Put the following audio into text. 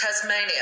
Tasmania